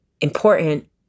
important